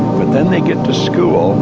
but then they get to school,